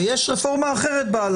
ויש דברים שהם יותר הסברה.